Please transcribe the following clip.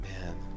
Man